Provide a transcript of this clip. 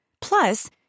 Plus